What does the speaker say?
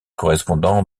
correspondant